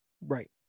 Right